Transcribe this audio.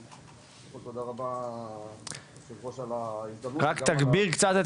תודה רבה היושב ראש על ההזדמנות, תודה רבה על